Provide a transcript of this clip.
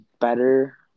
better